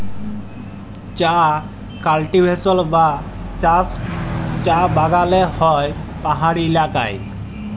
চাঁ কাল্টিভেশল বা চাষ চাঁ বাগালে হ্যয় পাহাড়ি ইলাকায়